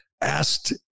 asked